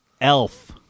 elf